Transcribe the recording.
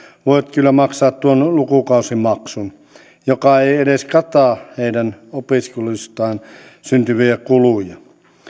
voivat kyllä maksaa tuon lukukausimaksun joka ei ei edes kata heidän opiskeluistaan syntyviä kuluja